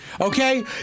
Okay